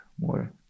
more